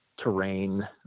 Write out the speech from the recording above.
terrain